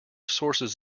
sources